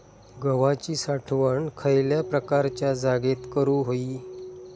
गव्हाची साठवण खयल्या प्रकारच्या जागेत करू होई?